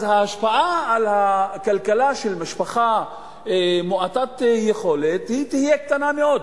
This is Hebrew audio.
אז ההשפעה על הכלכלה של משפחה מעוטת יכולת תהיה קטנה מאוד.